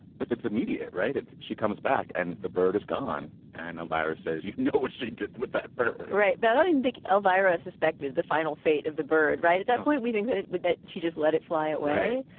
but it's immediate, right? it's she comes back and the bird is gone and a virus says, you know what she did with that bird right. but i think elvira's suspected the final fate of the bird right at that point. we think that it would that she just let it fly away.